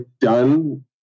done